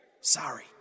Sorry